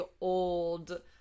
old